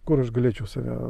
kur aš galėčiau save